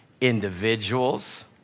individuals